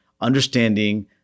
understanding-